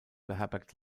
beherbergt